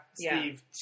Steve